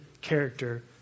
character